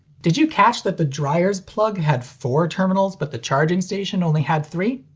did you catch that the dryer's plug had four terminals but the charging station only had three?